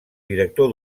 director